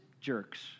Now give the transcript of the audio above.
jerks